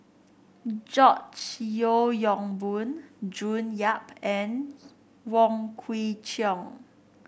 George Yeo Yong Boon June Yap and Wong Kwei Cheong